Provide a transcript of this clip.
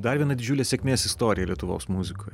dar viena didžiulė sėkmės istorija lietuvos muzikoj